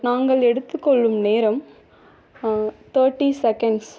நாங்கள் எடுத்துக்கொள்ளும் நேரம் தேர்ட்டி செகண்ட்ஸ்